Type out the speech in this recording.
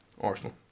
Arsenal